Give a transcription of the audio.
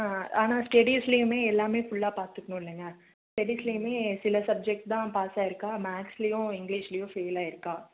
ஆனால் ஸ்டேடிஸ்லையுமே எல்லாமே ஃபுல்லாக பார்த்துக்குணும் இல்லைங்க ஸ்டேடிஸ்லையுமே சில சப்ஜெக்ட் தான் பாஸ் ஆகியிருக்கா மேக்ஸ்லையும் இங்கிலீஷ்லையும் ஃபெயில் ஆகியிருக்கா